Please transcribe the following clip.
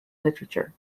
literature